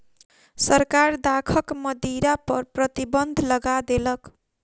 सरकार दाखक मदिरा पर प्रतिबन्ध लगा देलक